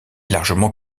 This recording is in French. largement